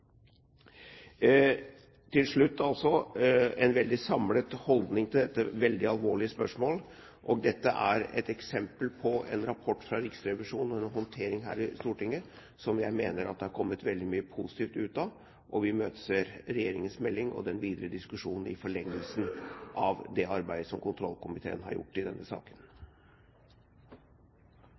Til slutt: Det er en samlet holdning til dette veldig alvorlige spørsmålet. Dette er et eksempel på en rapport fra Riksrevisjonen og en håndtering her i Stortinget som jeg mener at det har kommet veldig mye positivt ut av. Vi imøteser regjeringens melding og den videre diskusjonen i forlengelsen av det arbeidet som kontrollkomiteen har gjort i denne saken.